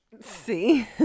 See